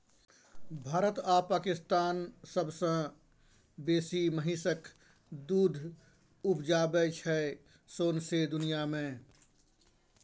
भारत आ पाकिस्तान सबसँ बेसी महिषक दुध उपजाबै छै सौंसे दुनियाँ मे